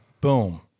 boom